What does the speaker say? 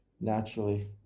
naturally